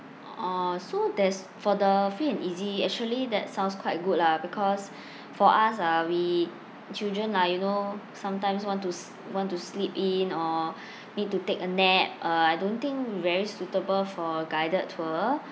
orh so there's for the free and easy actually that sounds quite good lah because for us ah we children lah you know sometimes want to s~ want to sleep in or need to take a nap uh I don't think very suitable for guided tour